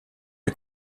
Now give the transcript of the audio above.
est